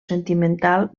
sentimental